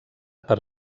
per